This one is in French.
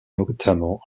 notamment